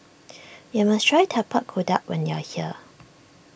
you must try Tapak Kuda when you are here